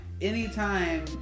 anytime